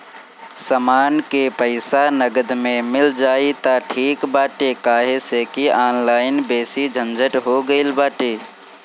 समान के पईसा नगद में मिल जाई त ठीक बाटे काहे से की ऑनलाइन बेसी झंझट हो गईल बाटे